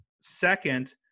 second